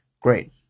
great